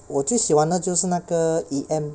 我最喜欢的就是那个 E_M